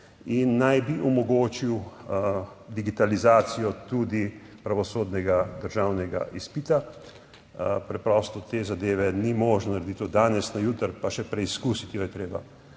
in naj bi omogočil digitalizacijo tudi pravosodnega državnega izpita. Preprosto te zadeve ni možno narediti od danes na jutri, pa še preizkusiti jo je treba.